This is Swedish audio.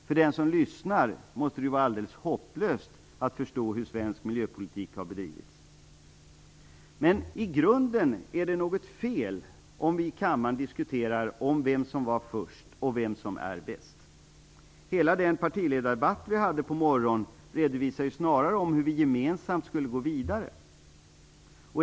För den som lyssnar måste det vara alldeles hopplöst att förstå hur svensk miljöpolitik har bedrivits. Men i grunden är det något fel om vi i kammaren diskuterar om vem som var först och vem som är bäst. Hela den partiledardebatt som vi hade på förmiddagen visade snarare hur vi gemensamt skulle gå vidare.